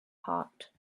heart